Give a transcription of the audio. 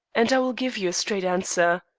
and i will give you a straight answer.